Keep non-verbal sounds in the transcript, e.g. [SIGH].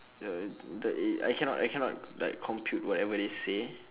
ya [NOISE] the the eh I cannot cannot like compute whatever they say